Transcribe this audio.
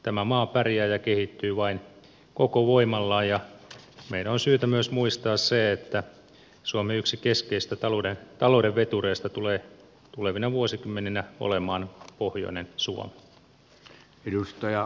tämä maa pärjää ja kehittyy vain koko voimallaan ja meidän on syytä myös muistaa se että suomen yksi keskeisistä talouden vetureista tulee tulevina vuosikymmeninä olemaan pohjoinen suomi